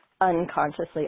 unconsciously